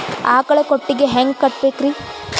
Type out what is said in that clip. ಆಕಳ ಕೊಟ್ಟಿಗಿ ಹ್ಯಾಂಗ್ ಕಟ್ಟಬೇಕ್ರಿ?